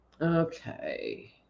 Okay